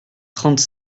trente